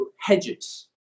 hedges